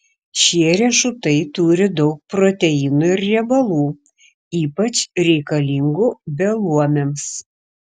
šie riešutai turi daug proteinų ir riebalų ypač reikalingų beluomiams